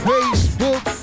Facebook